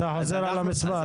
אתה חוזר על המספר.